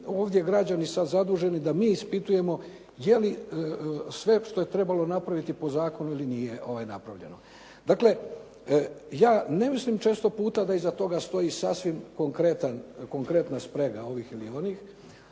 ovdje građani sad zaduženi da i ispitujemo je li sve što je trebalo napraviti po zakonu ili nije napravljeno. Dakle, ja ne mislim često puta da iza toga stoji sasvim konkretna sprega ovih ili onih,